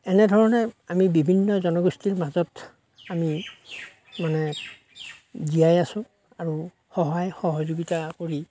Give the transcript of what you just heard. এনে ধৰণে আমি বিভিন্ন জনগোষ্ঠীৰ মাজত আমি মানে জীয়াই আছো আৰু সহায় সহযোগিতা কৰি